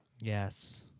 Yes